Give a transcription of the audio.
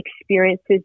experiences